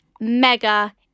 mega